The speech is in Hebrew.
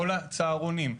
כל הצהרונים,